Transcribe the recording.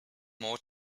more